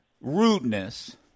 rudeness